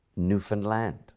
Newfoundland